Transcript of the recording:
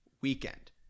Weekend